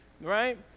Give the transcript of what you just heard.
right